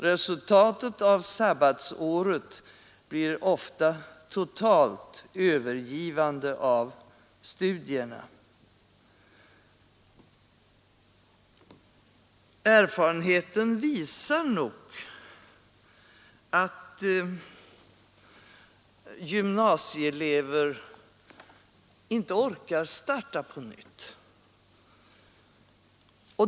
Resultatet av sabbatsåret blir ofta totalt övergivande av studierna.” Erfarenheten visar nog att gymnasieelever inte orkar starta på nytt.